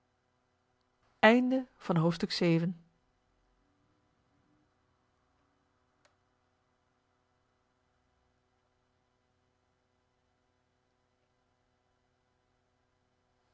augustusavond van het